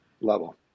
level